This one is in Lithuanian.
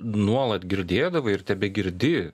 nuolat girdėdavai ir tebegirdi